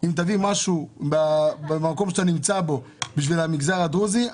אם תביא משהו במקום בו אתה נמצא עבור המגזר הדרוזי,